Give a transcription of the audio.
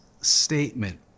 statement